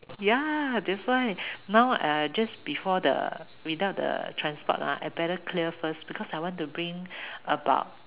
ya that's why now uh just before the without the transport lah I better clear first because I want to bring about